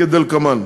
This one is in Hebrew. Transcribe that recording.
כדלקמן: